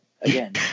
again